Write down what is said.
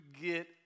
get